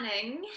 Planning